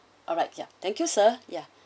alright ya thank you sir ya